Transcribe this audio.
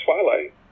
Twilight